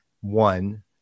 One